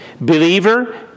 Believer